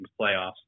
playoffs